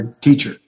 teacher